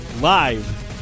live